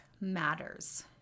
matters